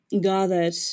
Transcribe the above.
gathered